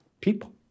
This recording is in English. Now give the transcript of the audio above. people